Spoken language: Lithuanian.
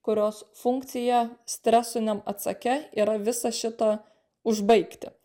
kurios funkcija stresiniam atsake yra visa šita užbaigti